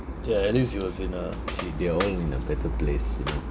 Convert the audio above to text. ya at least it was in a she they all in a better place you know